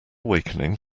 wakening